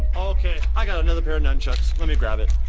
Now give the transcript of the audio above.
okay. i got another pair of nun chucks. let me grab it.